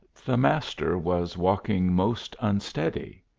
the master was walking most unsteady,